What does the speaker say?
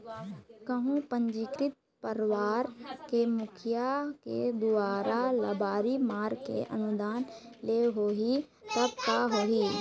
कहूँ पंजीकृत परवार के मुखिया के दुवारा लबारी मार के अनुदान ले होही तब का होही?